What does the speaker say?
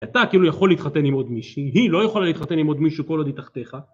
אתה כאילו יכול להתחתן עם עוד מישהי, היא לא יכולה להתחתן עם עוד מישהו כל עוד היא תחתיך.